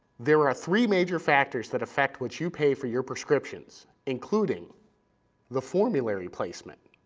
there are three major factors that affect what you pay for your prescriptions, including the formulary placement,